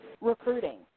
recruiting